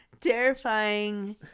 terrifying